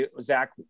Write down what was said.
Zach